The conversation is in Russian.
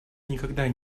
никогда